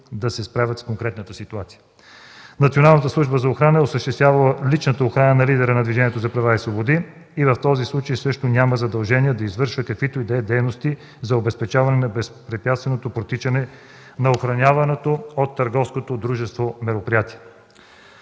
да се справят с конкретната ситуация. Националната служба за охрана е осъществявала личната охрана на лидера на Движението за права и свободи и в този случай също няма задължение да извършва каквито и да е дейности за обезпечаване на безпрепятственото протичане на охраняваното от търговското дружество мероприятие.